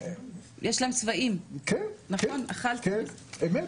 כן, אמת,